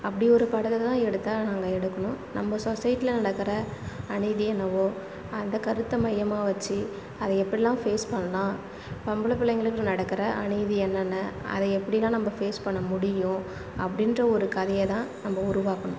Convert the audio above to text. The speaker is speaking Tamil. அப்படி ஒரு படத்தைதான் எடுத்தால் நாங்கள் எடுக்கணும் நம்ப சொசைட்டியில் நடக்கிற அநீதி என்னவோ அந்த கருத்தை மையமாக வச்சு அதை எப்படிலாம் ஃபேஸ் பண்ணலாம் பொம்பளை பிள்ளைங்களுக்கு நடக்கிற அநீதி என்னென்ன அதை எப்படிலாம் நம்ப ஃபேஸ் பண்ண முடியும் அப்படின்ற ஒரு கதையைதான் நம்ப உருவாக்கணும்